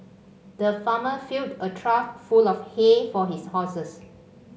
the farmer filled a trough full of hay for his horses